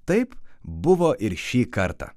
taip buvo ir šį kartą